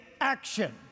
action